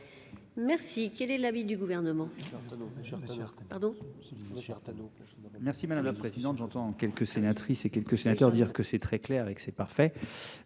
bien ! Quel est l'avis du Gouvernement ?